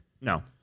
No